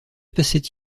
passait